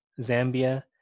Zambia